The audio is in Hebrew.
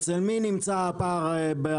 אצל מי נמצא הפער.